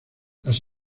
las